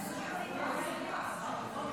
כנסת נכבדה, הכול נבחן במבחן